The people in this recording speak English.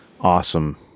Awesome